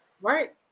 Right